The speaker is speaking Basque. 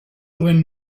duen